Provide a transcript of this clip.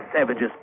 savages